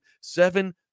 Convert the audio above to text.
seven